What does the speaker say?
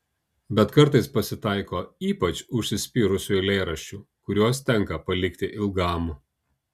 bet kartais pasitaiko ypač užsispyrusių eilėraščių kuriuos tenka palikti ilgam